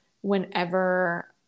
whenever